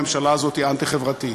הממשלה הזאת היא אנטי-חברתית.